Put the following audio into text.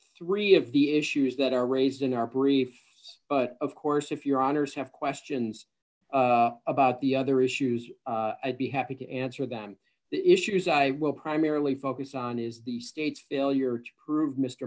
three of the issues that are raised in our brief us but of course if your honour's have questions about the other issues and be happy to answer them the issues i will primarily focus on is the state's